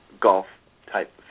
golf-type